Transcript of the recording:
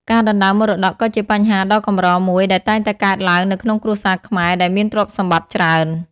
ការដណ្តើមមរតកក៏ជាបញ្ហាដ៏កម្រមួយដែលតែងតែកើតឡើងនៅក្នុងគ្រួសារខ្មែរដែលមានទ្រព្យសម្បត្តិច្រើន។